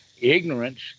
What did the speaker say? ignorance